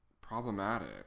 problematic